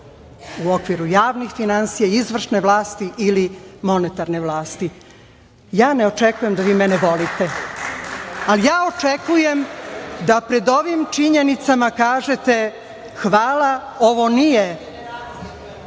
u okviru javnih finansija, izvršne vlasti ili monetarne vlasti. Ja ne očekujem da vi mene volite, ali očekujem da pred ovim činjenicama kažete – hvala, ovo nije